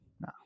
no